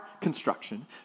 construction